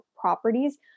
properties